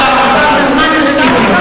חבר הכנסת גפני.